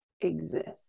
exist